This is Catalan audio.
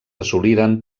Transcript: assoliren